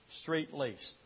Straight-laced